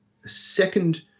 second